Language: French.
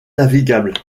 navigable